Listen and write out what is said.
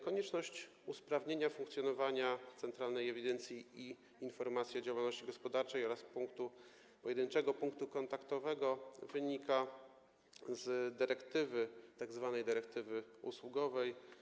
Konieczność usprawnienia funkcjonowania Centralnej Ewidencji i Informacji o Działalności Gospodarczej oraz pojedynczego punktu kontaktowego wynika z dyrektywy, tzw. dyrektywy usługowej.